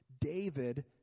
David